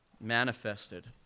manifested